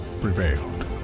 prevailed